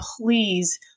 please